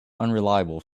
unreliable